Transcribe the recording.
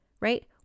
Right